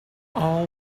all